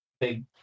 big